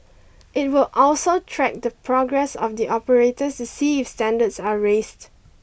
it will also track the progress of the operators to see if standards are raised